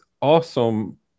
awesome